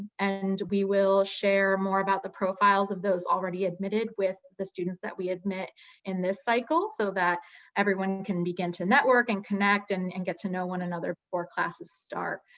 and we will share more about the profiles of those already admitted with the students that we admit in this cycle so that everyone can begin to network and connect and and get to know one another before classes start.